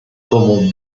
como